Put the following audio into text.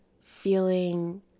feeling